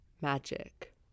magic